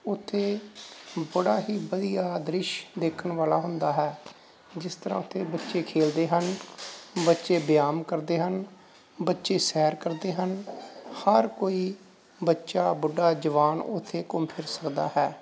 ਉੱਥੇ ਬੜਾ ਹੀ ਵਧੀਆ ਦ੍ਰਿਸ਼ ਦੇਖਣ ਵਾਲਾ ਹੁੰਦਾ ਹੈ ਜਿਸ ਤਰ੍ਹਾਂ ਉੱਥੇ ਬੱਚੇ ਖੇਡਦੇ ਹਨ ਬੱਚੇ ਬਿਆਮ ਕਰਦੇ ਹਨ ਬੱਚੇ ਸੈਰ ਕਰਦੇ ਹਨ ਹਰ ਕੋਈ ਬੱਚਾ ਬੁੱਢਾ ਜਵਾਨ ਉੱਥੇ ਘੁੰਮ ਫਿਰ ਸਕਦਾ ਹੈ